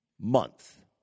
month